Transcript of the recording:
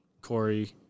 Corey